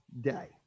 day